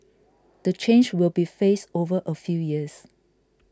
the change will be phased over a few years